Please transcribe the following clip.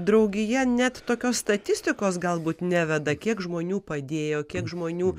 draugija net tokios statistikos galbūt neveda kiek žmonių padėjo kiek žmonių